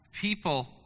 people